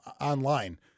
online